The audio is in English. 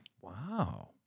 Wow